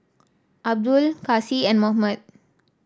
Abdul Kasih and Muhammad